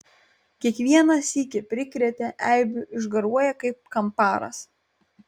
kiekvieną sykį prikrėtę eibių išgaruoja kaip kamparas